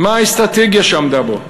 מה האסטרטגיה שעמדה בו,